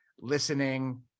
listening